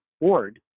Ward